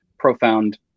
Profound